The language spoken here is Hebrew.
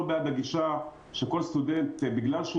לא בעד הגישה שכל סטודנט בגלל שהוא